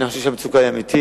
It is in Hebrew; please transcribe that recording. אני חושב שהמצוקה היא אמיתית,